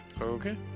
Okay